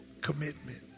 Commitment